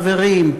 חברים,